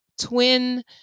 twin